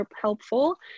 helpful